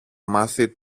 μάθει